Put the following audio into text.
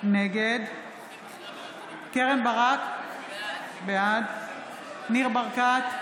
נגד קרן ברק, בעד ניר ברקת,